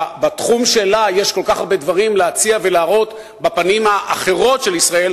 בתחום שלה יש כל כך הרבה דברים להציע ולהראות בפנים האחרות של ישראל,